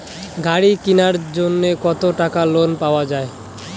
গাড়ি কিনার জন্যে কতো টাকা লোন পাওয়া য়ায়?